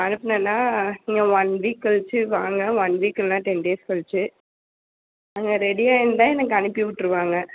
அனுப்பினனா இன்னும் one week கழிச்சு வாங்க ஒன் வீக் இல்லைனா டென் டேஸ் கழிச்சு அங்கே ரெடியாய்ருந்தா எனக்கு அனுப்பி விட்ருவாங்க